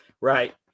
right